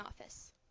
office